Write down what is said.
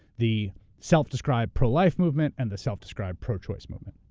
the self-described pro-life movement and the self-described pro-choice movement.